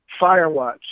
Firewatch